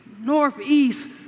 northeast